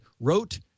wrote